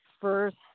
first